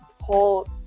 whole